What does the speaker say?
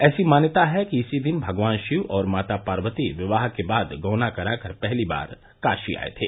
ऐसी मान्यता है कि इसी दिन भगवान शिव और माता पार्वती विवाह के बाद गौना कराकर पहली बार काशी आए थे